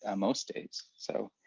ah most days. so,